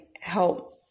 help